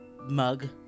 mug